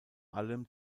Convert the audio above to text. allem